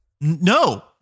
no